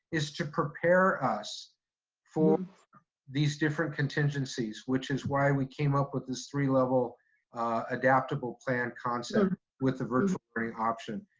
is to prepare us for these different contingencies, which is why we came up with this three-level adaptable plan concept with the virtual learning option.